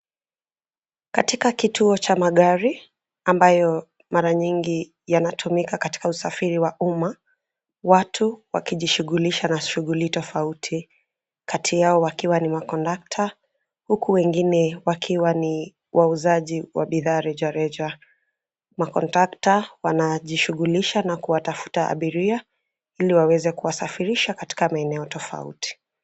Katika kituo cha magari, ambayo mara nyingi yanatumika katika usafiri wa umma, watu wakijishughulisha na shughuli tofauti. Kati yao wakiwa ni makondakta, huku wengine wakiwa ni wauzaji wa bidhaa rejareja. Makondakta wanajishughulisha na kuwatafuta abiria, ili waweze kuwasafirisha katika maeneo tofauti.